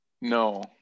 no